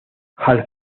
hal